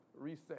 Reset